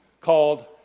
called